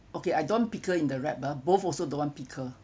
okay I don't want pickle in the wrap ah both also don't want pickle